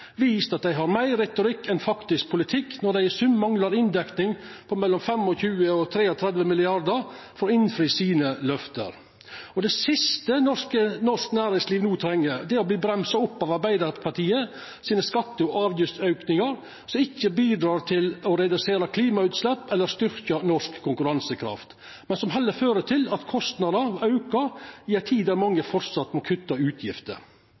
vist at dei har meir retorikk enn faktisk politikk når dei i sum manglar inndekning på mellom 25 mrd. kr og 33 mrd. kr for å innfri løfta sine. Det siste norsk næringsliv no treng, er å verta bremsa opp av Arbeidarpartiet sine skatte- og avgiftsaukingar, som ikkje bidreg til å redusera klimagassutsleppa eller til å styrkja norsk konkurransekraft, men som heller fører til at kostnadene aukar i ei tid då mange framleis må kutta utgifter.